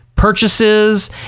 purchases